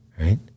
right